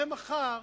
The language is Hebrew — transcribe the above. היהדות